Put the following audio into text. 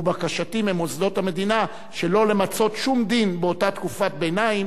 ובקשתי ממוסדות המדינה היא שלא למצות שום דין באותה תקופת ביניים